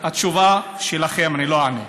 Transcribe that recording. התשובה שלכם, אני לא אענה.